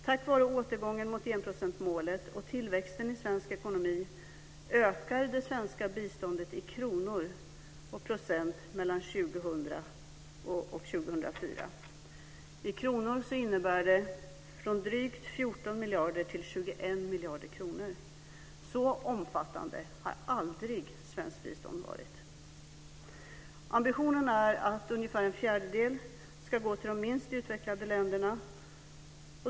Tack vare återgången mot enprocentsmålet och tillväxten i svensk ekonomi ökar det svenska biståndet i kronor och procent mellan 2000 och 2004. I kronor ökar det från drygt 14 miljarder till 21 miljarder. Så omfattande har aldrig svenskt bistånd varit. Ambitionen är att ungefär en fjärdedel ska gå till de minst utvecklade länderna.